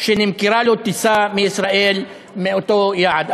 שנמכרה לו טיסה לישראל מאותו יעד.